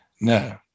no